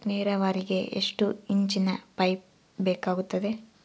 ನೇರಾವರಿಗೆ ಎಷ್ಟು ಇಂಚಿನ ಪೈಪ್ ಬೇಕಾಗುತ್ತದೆ?